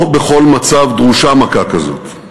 לא בכל מצב דרושה מכה כזאת,